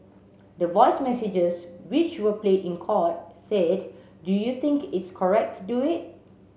the voice messages which were played in court said do you think its correct to do it